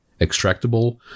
extractable